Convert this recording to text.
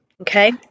okay